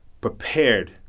prepared